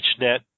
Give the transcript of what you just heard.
HNET